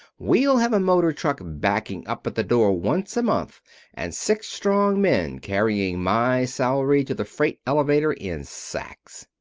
we'll have a motor truck backing up at the door once a month and six strong men carrying my salary to the freight elevator in sacks.